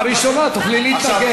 בראשונה תוכלי להתנגד.